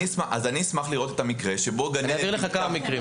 אני אשמח לראות את המקרה שבו גננת --- אני אעביר לך כמה מקרים.